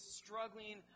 struggling